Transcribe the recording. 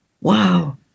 Wow